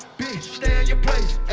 bitch, stay in your place,